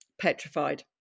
petrified